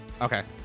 okay